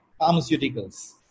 pharmaceuticals